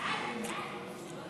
אני מת על זה